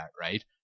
right